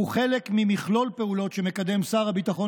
הוא חלק ממכלול פעולות שמקדם שר הביטחון